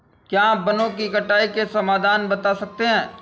क्या आप वनों की कटाई के समाधान बता सकते हैं?